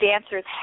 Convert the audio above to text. dancers